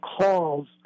calls